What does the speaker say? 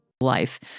Life